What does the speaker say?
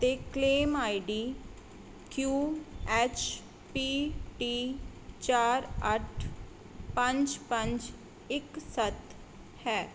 ਅਤੇ claim ID Q H P T ਚਾਰ ਅੱਠ ਪੰਜ ਪੰਜ ਇੱਕ ਸੱਤ ਹੈ